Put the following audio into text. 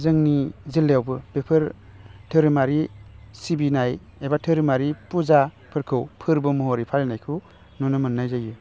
जोंनि जिल्लायावबो बेफोर धोरोमारि सिबिनाय एबा धोरोमारि फुजाफोरखौ फोरबो महरै फालिनायखौ नुनो मोननाय जायो